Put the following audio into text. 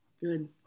good